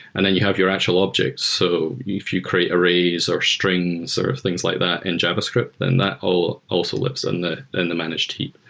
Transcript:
and then you have your actual objects. so if you create arrays or strings or things like that in javascript, then that also lives in the in the managed heap.